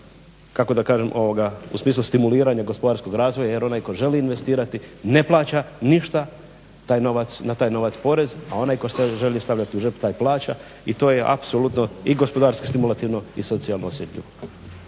kako da kažem u smislu stimuliranja gospodarskog razvoja jer onaj tko želi investirati ne plaća ništa na taj novac porez, a onaj tko želi stavljat u džep taj plaća. I to je apsolutno i gospodarski stimulativno i socijalno osjetljivo.